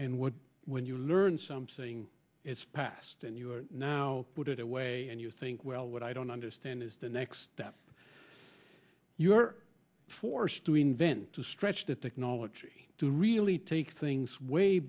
and what when you learn something it's past and you're now put it away and you think well what i don't understand is the next step you're forced to invent to stretch that technology to really take things way